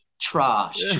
trash